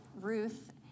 Ruth